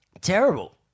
Terrible